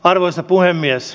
arvoisa puhemies